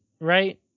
right